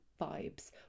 vibes